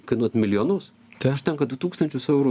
kainuot milijonus ten užtenka du tūkstančius eurų